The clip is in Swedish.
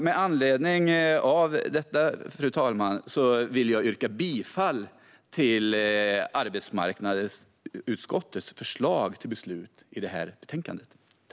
Med anledning av detta, fru talman, vill jag yrka bifall till arbetsmarknadsutskottets förslag till beslut i betänkandet.